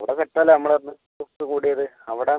അവിടെ വെച്ചല്ലേ നമ്മൾ അന്ന് ഒത്ത് കൂടിയത് അവിടെ